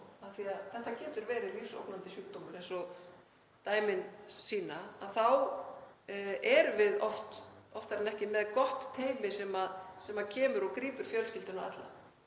getur þetta verið lífsógnandi sjúkdómur eins og dæmin sýna, þá erum við oftar en ekki með gott teymi sem kemur og grípur fjölskylduna alla.